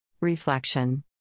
Reflection